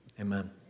Amen